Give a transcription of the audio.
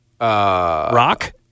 Rock